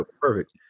perfect